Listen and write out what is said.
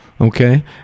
Okay